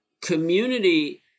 community